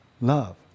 love